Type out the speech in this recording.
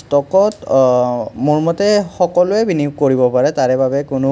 ষ্টকত মোৰ মতে সকলোৱে বিনিয়োগ কৰিব পাৰে তাৰেবাবে কোনো